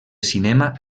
cinema